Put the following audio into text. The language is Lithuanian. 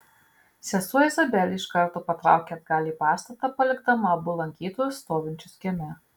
sesuo izabelė iš karto patraukė atgal į pastatą palikdama abu lankytojus stovinčius kieme